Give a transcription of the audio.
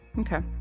Okay